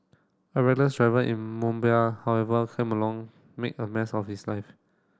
a reckless driver in Mumbai however came along make a mess of his life